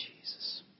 Jesus